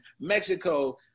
mexico